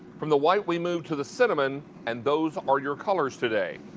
from the white we move to the cinnamon and those are your colors today.